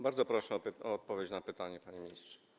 Bardzo proszę o odpowiedź na pytanie, panie ministrze.